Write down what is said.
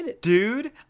Dude